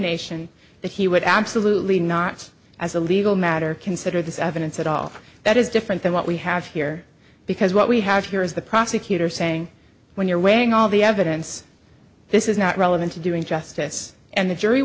nation that he would absolutely not as a legal matter consider this evidence at all that is different than what we have here because what we have here is the prosecutor saying when you're weighing all the evidence this is not relevant to doing justice and the jury